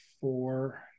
four